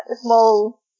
small